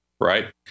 right